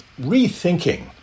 rethinking